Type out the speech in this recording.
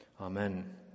Amen